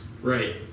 Right